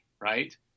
right